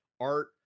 art